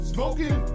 Smoking